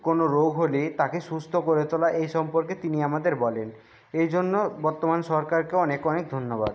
কোনো রোগ হলে তাকে সুস্থ করে তোলা এ সম্পর্কে তিনি আমাদের বলেন এই জন্য বর্তমান সরকারকে অনেক অনেক ধন্যবাদ